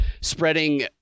spreading